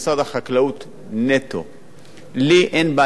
לי אין בעיה עם מזון, לי יש בעיה עם פיקוח.